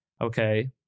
Okay